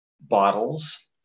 bottles